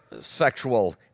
sexual